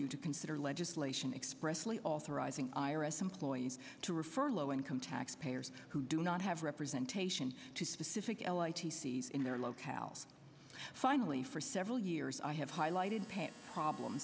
you to consider legislation expressly authorizing i r s employees to refer low income tax payers who do not have representation to specific l a t c s in their locale finally for several years i have highlighted pain problems